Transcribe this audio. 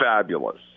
fabulous